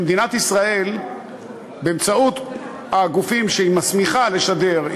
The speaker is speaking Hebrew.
שמדינת ישראל באמצעות הגופים שהיא מסמיכה לשדר,